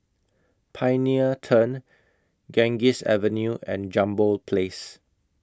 Pioneer Turn Ganges Avenue and Jambol Place